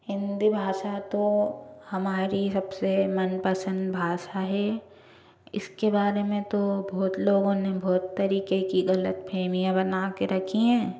हिंदी भाषा तो हमारी सब से मनपसंद भाषा है इसके बारे में तो बहुत लोगों नें बहुत तरीक़े की ग़लत फ़हमियाँ बना के रखीं हैं